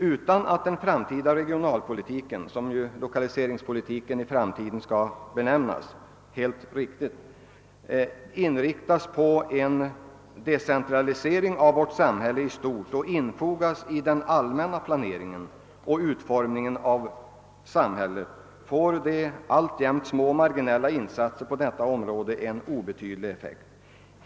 Utan att den framtida regionalpolitiken — som lokaliseringspolitiken helt riktigt skall benämnas i framtiden — inriktas på en decentralisering av vårt samhälle i stort och infogas i den allmänna planeringen och utformningen av samhället får de alltjämt små marginella insatserna på detta område obetydlig effekt.